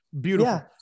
Beautiful